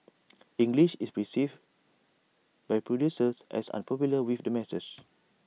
English is perceived by producers as unpopular with the masses